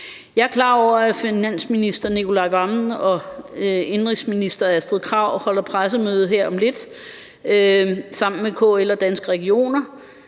Jeg er klar over, at finansministeren og indenrigsministeren holder pressemøde her om lidt sammen med KL og Danske Regioner.